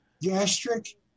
Gastric